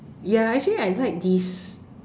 ya actually I like this